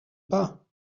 pas